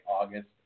august